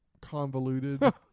convoluted